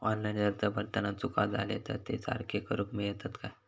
Online अर्ज भरताना चुका जाले तर ते सारके करुक मेळतत काय?